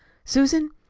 susan,